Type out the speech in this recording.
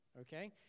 Okay